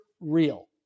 real